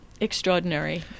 extraordinary